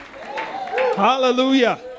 hallelujah